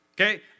Okay